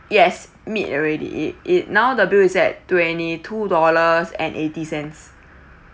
yes meet already it it now the bills is at twenty two dollars and eighty cents